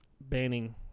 banning